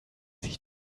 sich